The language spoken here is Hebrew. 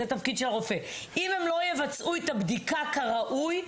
הבדיקה כראוי,